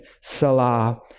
Salah